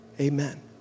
Amen